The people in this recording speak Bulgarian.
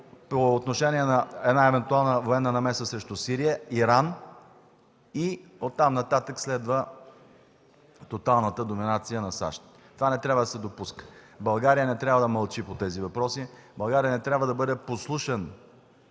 по отношение на евентуална военна намеса срещу Сирия, Иран. Оттам нататък следва тоталната доминация на САЩ. Това не трябва да се допуска. България не трябва да мълчи по тези въпроси. България не трябва да бъде послушен